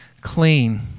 clean